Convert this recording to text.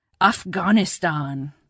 Afghanistan